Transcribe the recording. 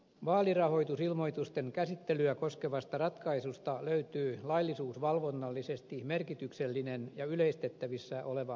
vaalirahoitusilmoitusten käsittelyä koskevasta ratkaisusta löytyy laillisuusvalvonnallisesti merkityksellinen ja yleistettävissä oleva seuraavanlainen havainto